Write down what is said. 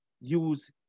use